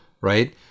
right